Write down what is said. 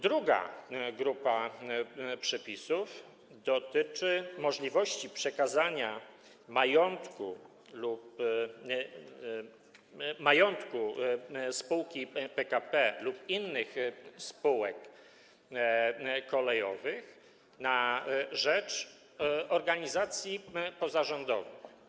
Druga grupa przepisów dotyczy możliwości przekazania majątku spółki PKP lub innych spółek kolejowych na rzecz organizacji pozarządowych.